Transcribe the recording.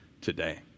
today